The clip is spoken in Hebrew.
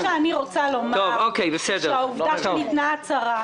אני רוצה לומר שהעובדה שניתנה הצהרה,